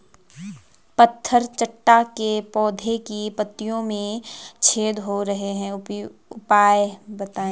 पत्थर चट्टा के पौधें की पत्तियों में छेद हो रहे हैं उपाय बताएं?